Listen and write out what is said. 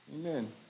Amen